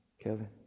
Kevin